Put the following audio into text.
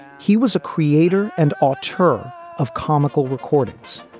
he was a creator and auteur of comical recordings.